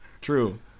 True